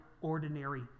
ordinary